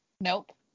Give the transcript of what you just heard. Nope